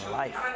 life